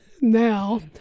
now